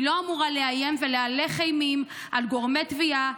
היא לא אמורה לאיים ולהלך אימים על גורמי תביעה,